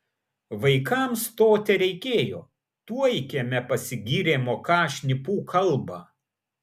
vaikams to tereikėjo tuoj kieme pasigyrė moką šnipų kalbą